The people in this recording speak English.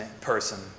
person